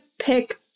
pick